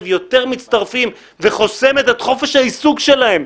יותר מצטרפים וחוסמת את חופש העיסוק שלהם.